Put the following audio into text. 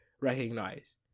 recognize